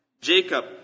Jacob